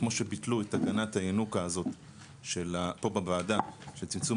כמו שביטלו את הגנת הינוקא הזאת פה בוועדה של צמצום